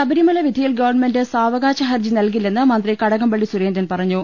ശബരിമല വിധിയിൽ ഗവൺമെന്റ് സാവകാശ ഹർജി നൽകി ല്ലെന്ന് മന്ത്രി കടകംപള്ളി സുരേന്ദ്രൻ പറഞ്ഞു